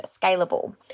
scalable